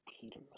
Peter